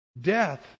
Death